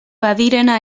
badirena